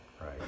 right